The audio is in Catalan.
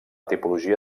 tipologia